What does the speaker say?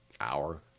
Hour